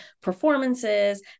performances